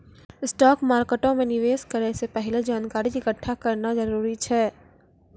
stock मार्केटो मे निवेश करै से पहिले जानकारी एकठ्ठा करना जरूरी छै